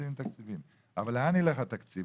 וישאלו לאן ילך התקציב.